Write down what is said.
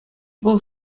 вӑл